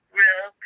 real